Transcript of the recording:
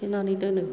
सुथेनानै दोनो